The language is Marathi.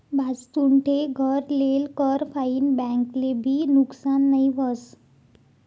भाजतुन ठे घर लेल कर फाईन बैंक ले भी नुकसान नई व्हस